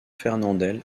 fernandel